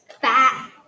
fat